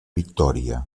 victòria